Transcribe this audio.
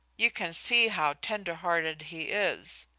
you can see how tender-hearted he is.